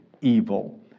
evil